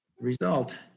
result